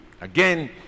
Again